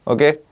Okay